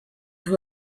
who